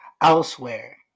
elsewhere